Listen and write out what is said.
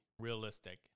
realistic